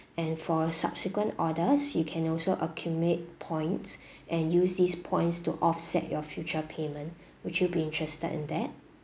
and for subsequent orders you can also accumulate points and use these points to offset your future payment would you be interested in that